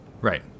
Right